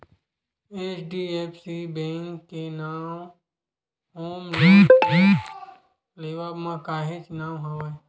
HDFC bank के नांव home loan के लेवब म काहेच नांव हवय